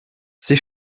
sie